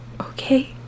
Okay